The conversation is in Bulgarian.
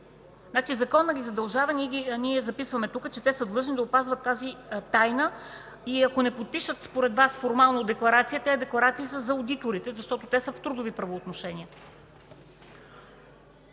Законът ги задължава, а ние записваме тук, че те са длъжни да опазват тази тайна и ако не подпишат според Вас формално декларацията, тези декларации са за одиторите, защото те са в трудови правоотношения.